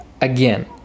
again